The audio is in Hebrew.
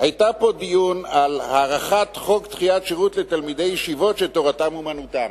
היה פה דיון על הארכת חוק דחיית שירות לתלמידי ישיבות שתורתם אומנותם.